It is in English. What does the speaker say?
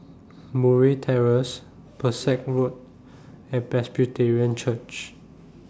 Murray Terrace Pesek Road and Presbyterian Church